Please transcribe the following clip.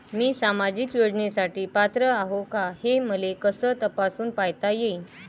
मी सामाजिक योजनेसाठी पात्र आहो का, हे मले कस तपासून पायता येईन?